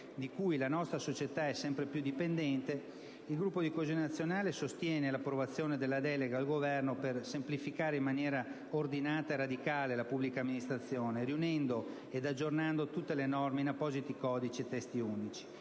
di cui la nostra società è sempre più dipendente, il Gruppo CN-Io Sud sostiene l'approvazione della delega al Governo per semplificare in maniera ordinata e radicale la pubblica amministrazione, riunendo ed aggiornando tutte le norme in appositi codici e testi unici.